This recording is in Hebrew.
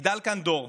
יגדל כאן דור,